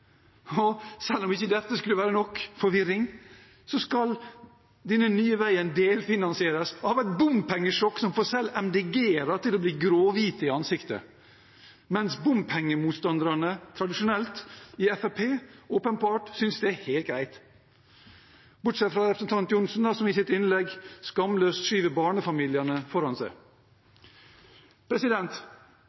får selv MDG-ere til å bli gråhvite i ansiktet, mens bompengemotstanderne tradisjonelt, Fremskrittspartiet, åpenbart synes det er helt greit – bortsett fra representanten Johnsen, da, som i sitt innlegg skamløst skyver barnefamiliene foran seg.